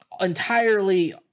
entirely